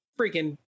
freaking